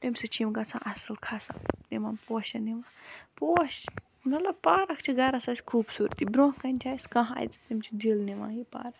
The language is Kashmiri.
تمہِ سۭتۍ چھِ یِم گَژھان اصل کھسان تِمن پوشن یِوان پوش مطلب پارک چھِ گَرس اَسہِ خوبصورتی برونٛہہ کَنہِ چھِ اَسہِ کانٛہہ اَژِ تٔمس چھِ دِل نِوان یہِ پارک